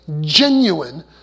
genuine